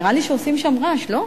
נראה לי שעושים שם רעש, לא?